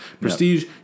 prestige